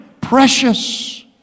precious